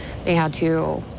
they had to